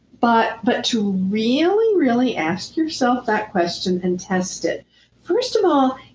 but but to really, really ask yourself that question and test it first of all,